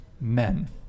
men